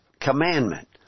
commandment